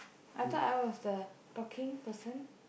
I thought I was the talking person